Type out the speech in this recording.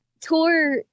Tour